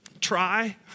try